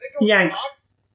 Yanks